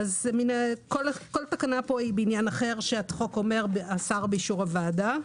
כל תקנה כאן היא בעניין אחר כאשר החוק אומר "השר באישור הוועדה".